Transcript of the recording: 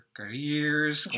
careers